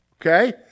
Okay